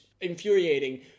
infuriating